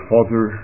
Father